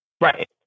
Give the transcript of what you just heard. Right